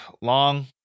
Long